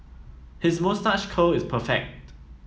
his moustache curl is perfect